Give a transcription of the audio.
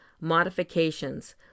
modifications